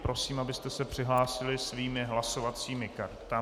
Prosím, abyste se přihlásili svými hlasovacími kartami.